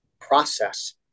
process